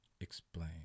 Explain